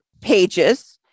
pages